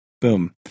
Boom